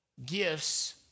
Gifts